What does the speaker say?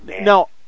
No